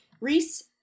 Reese